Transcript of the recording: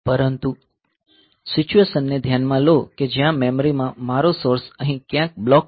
પરંતુ સિચ્યુએશન ને ધ્યાનમાં લો કે જ્યાં મેમરી માં મારો સોર્સ અહીં ક્યાંક બ્લોક છે